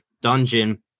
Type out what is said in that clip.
dungeon